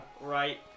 Right